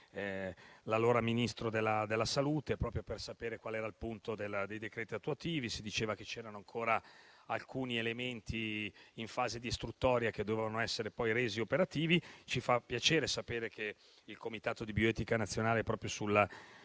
l'allora Ministro della salute, proprio per sapere a che punto erano i decreti attuativi. Si diceva che c'erano ancora alcuni elementi in fase di istruttoria, che dovevano poi essere resi operativi. Ci fa piacere sapere che il comitato di bioetica nazionale, che si occupa